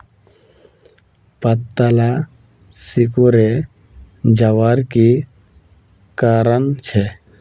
पत्ताला सिकुरे जवार की कारण छे?